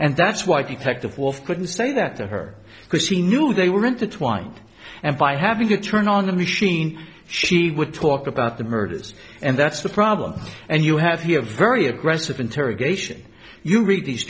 and that's why the collective wolf couldn't say that to her because she knew they were intertwined and by having to turn on the machine she would talk about the murders and that's the problem and you have here a very aggressive interrogation you read these